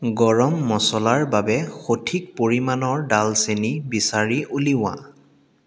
গৰম মচলাৰ বাবে সঠিক পৰিমাণৰ ডালচেনি বিচাৰি উলিওৱা